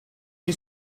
qui